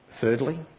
Thirdly